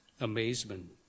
amazement